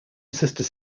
sister